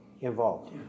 involved